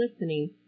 listening